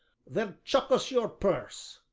then chuck us your purse,